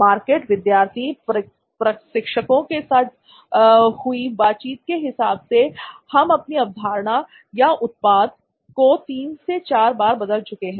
market विद्यार्थी प्रशिक्षकों के साथ हुई बातचीत के हिसाब से हम अपनी अवधारणा या उत्पाद को 3 से 4 बार बदल चुके हैं